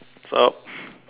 stop